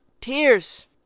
Tears